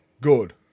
good